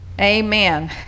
Amen